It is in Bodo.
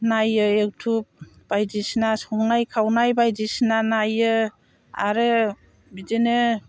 नायो इउटुब बायदिसिना संनाय खावनाय बायदिसिना नायो आरो बिदिनो